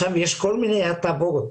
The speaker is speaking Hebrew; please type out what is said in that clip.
ויש כל מיני הטבות